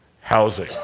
housing